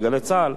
ב"גלי צה"ל",